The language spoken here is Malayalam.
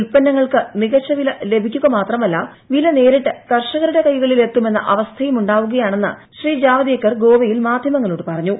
ഉൽപ്പന്നങ്ങൾക്ക് മികച്ച വില ലഭിക്കുക മാത്രമല്ല വില നേരിട്ട് കർഷകരുടെ കൈകളിൽ എത്തുമെന്ന അവസ്ഥയും ഉണ്ടാ കുകയാണെന്ന് ശ്രീ ജാവ്ദേക്കർ ഗോവയിൽ മാധ്യമങ്ങളോട് പറ ഞ്ഞു